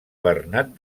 bernat